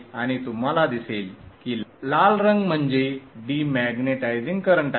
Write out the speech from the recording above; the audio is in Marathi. आणि तुम्हाला दिसेल की लाल रंग म्हणजे डिमॅग्नेटिझिंग करंट आहे